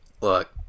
Look